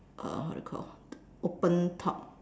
uh how do you call open top